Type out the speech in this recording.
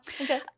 Okay